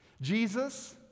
Jesus